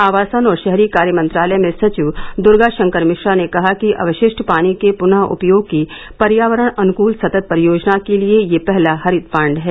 आवासन और शहरी कार्य मंत्रालय में सचिव दूर्गा शंकर मिश्रा ने कहा कि अवशिष्ट पानी के पुनः उपयोग की पर्यावरण अनुकूल सतत परियोजना के लिए यह पहला हरित बांड है